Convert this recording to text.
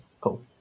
cool